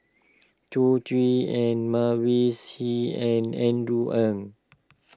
Chao Tzee Ng Mavis Hee and Andrew Ang